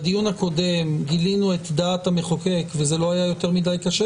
בדיון הקודם גילינו את הדעת המחוקק וזה לא היה יותר מדי קשה,